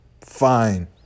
Fine